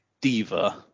diva